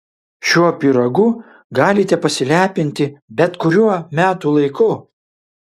šiuo pyragu galite pasilepinti bet kuriuo metų laiku